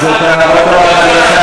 תודה לה, תודה לה,